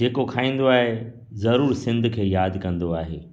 जेको खाईंदो आहे ज़रूरु सिंध खे यादि कंदो आहे